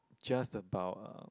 just about uh